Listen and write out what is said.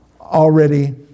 already